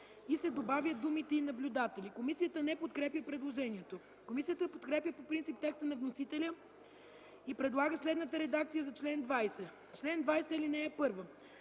се добавят думите „и наблюдатели”. Комисията не подкрепя предложението. Комисията подкрепя по принцип текста на вносителите и предлага следната редакция за чл. 20: „Чл. 20. (1) Заседанията